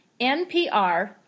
NPR